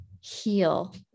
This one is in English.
heal